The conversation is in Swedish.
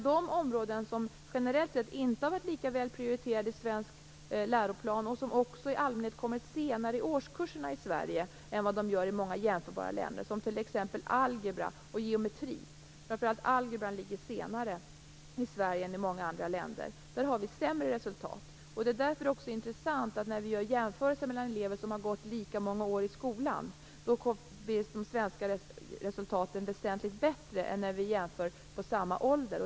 De områden som generellt sett inte har varit lika väl prioriterade i svensk läroplan, och som också i allmänhet kommer senare i årskurserna i Sverige än i många jämförbara länder, t.ex. algebra och geometri - framför allt algebran ligger senare i Sverige än i många andra länder - har vi sämre resultat. Det är därför också intressant att se att när vi gör jämförelser mellan elever som har gått lika många år i skolan, blir de svenska resultaten väsentligt bättre än när vi jämför samma ålder.